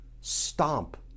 stomp